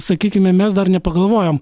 sakykime mes dar nepagalvojom